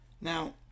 now